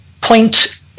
point